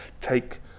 take